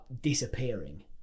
disappearing